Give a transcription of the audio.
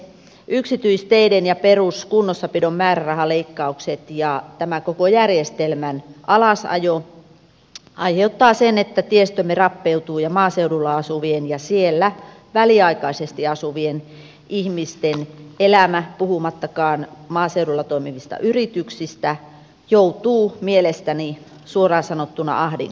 yksityisteiden ja peruskunnossapidon määrärahaleikkaukset ja tämän koko järjestelmän alasajo aiheuttaa sen että tiestömme rappeutuu ja maaseudulla asuvien ja siellä väliaikaisesti asuvien ihmisten elämä puhumattakaan maaseudulla toimivista yrityksistä joutuu mielestäni suoraan sanottuna ahdinkoon